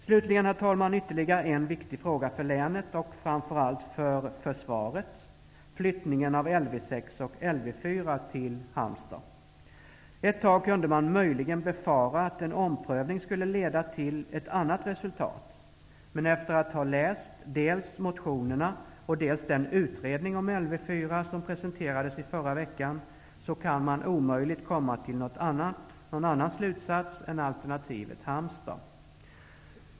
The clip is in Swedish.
Slutligen ytterligare en viktig fråga för länet och, framför allt, för försvaret: flyttningen av LV6 och LV4 till Halmstad. Ett tag kunde man möjligen befara att en omprövning skulle leda till ett annat resultat, men efter att ha läst dels motionerna, dels den utredning om LV4 som presenterades i förra veckan, kan man omöjligt komma till någon annan slutsats än alternativet Halmstad.